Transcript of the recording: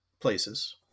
places